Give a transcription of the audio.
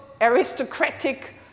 aristocratic